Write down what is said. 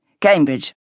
Cambridge